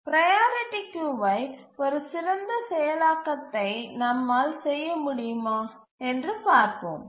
priority கியூவை ஒரு சிறந்த செயலாக்கத்தை நம்மால் செய்ய முடியுமா என்று பார்ப்போம்